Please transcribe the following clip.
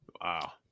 wow